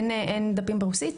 אין דפים ברוסית?